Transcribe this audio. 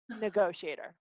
Negotiator